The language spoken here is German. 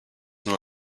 nur